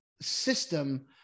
system